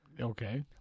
Okay